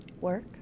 Work